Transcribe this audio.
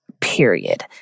period